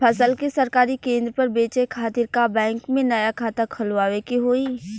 फसल के सरकारी केंद्र पर बेचय खातिर का बैंक में नया खाता खोलवावे के होई?